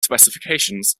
specifications